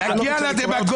נו, די.